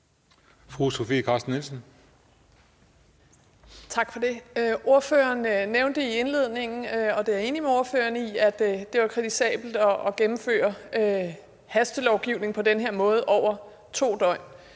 Tak for det. Ordføreren nævnte i indledningen, og det er jeg enig med ordføreren i, at det er kritisabelt at gennemføre hastelovgivning på den her måde over 2 døgn.